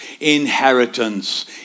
inheritance